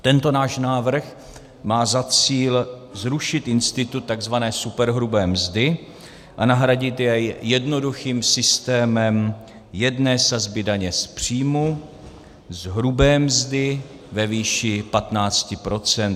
Tento náš návrh má za cíl zrušit institut tzv. superhrubé mzdy a nahradit jej jednoduchým systémem jedné sazby daně z příjmu, z hrubé mzdy ve výši 15 %.